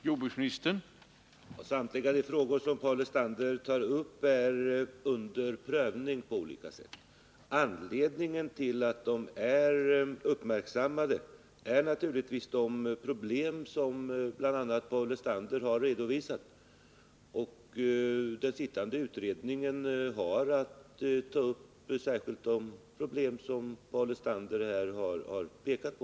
Herr talman! Samtliga de frågor som Paul Lestander tar upp är under prövning på olika sätt. Anledningen till att de är uppmärksammade är naturligtvis de problem som bl.a. Paul Lestander har redovisat. Den sittande utredningen har att ta upp särskilt de problem som Paul Lestander här har pekat på.